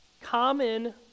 common